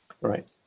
right